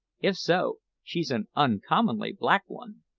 if so, she's an uncommonly black one!